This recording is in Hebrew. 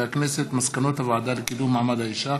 מסקנות הוועדה לקידום מעמד האישה